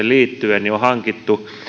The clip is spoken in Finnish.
liittyen on hankittu